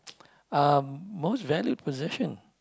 uh most valued possession